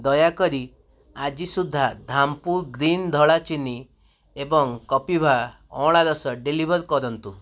ଦୟାକରି ଆଜି ସୁଦ୍ଧା ଧାମପୁର ଗ୍ରୀନ୍ର ଧଳା ଚିନି ଏବଂ କପିଭା ଅଁଳା ରସ ଡେଲିଭର୍ କରନ୍ତୁ